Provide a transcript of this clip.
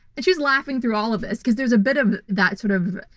and she's laughing through all of us. because there's a bit of that sort of,